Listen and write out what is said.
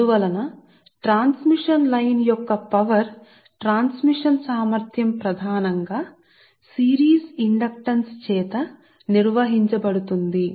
అందువల్ల transmission line యొక్క మీ పవర్ ప్రసార సామర్థ్యం ప్రధానముగా సిరీస్ ఇండక్టెన్స్ ద్వారా నిర్వహించబడుతుంది